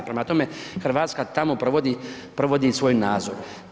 Prema tome, Hrvatska tamo provodi svoj nadzor.